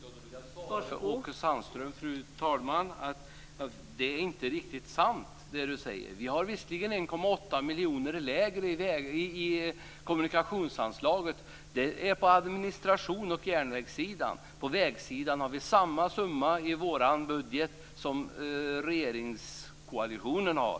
Fru talman! Då vill jag svara Åke Sandström att det som han säger inte är riktigt sant. Vi har visserligen 1,8 miljarder kronor lägre kommunikationsanslag. Men det är på administrations och järnvägssidan. På vägsidan har vi samma summa i vår budget som regeringen och dess samarbetspartner har.